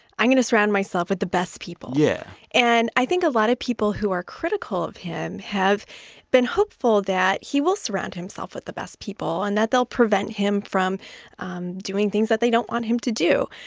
i'm going to surround myself with the best people. yeah and i think a lot of people who are critical of him have been hopeful that he will surround himself with the best people and that they'll prevent him from doing things that they don't want him to do.